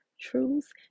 truths